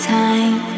time